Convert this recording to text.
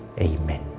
amen